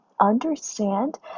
understand